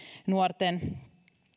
nuorten